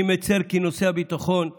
אני מצר כי נושא הביטחון האישי,